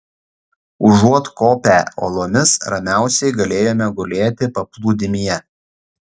užuot kopę uolomis ramiausiai galėjome gulėti paplūdimyje